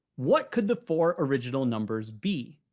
what could the four original numbers be?